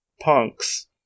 punks